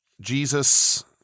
Jesus